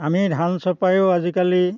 আমি ধান চপায়ো আজি কালি